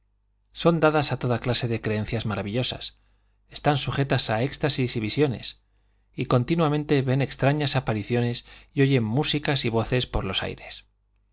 son dadas a toda clase de creencias maravillosas están sujetas a éxtasis y visiones y continuamente ven extrañas apariciones y oyen músicas y voces por los aires